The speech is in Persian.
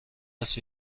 است